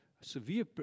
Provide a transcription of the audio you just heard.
severe